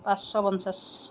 পাঁচশ পঞ্চাশ